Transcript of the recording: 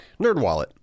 NerdWallet